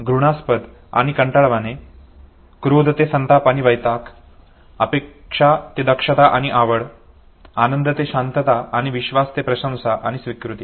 घृणास्पद आणि कंटाळवाणे क्रोध ते संताप आणि वैताग अपेक्षा ते दक्षता आणि आवड आनंद ते शांतता आणि विश्वास ते प्रशंसा आणि स्वीकृती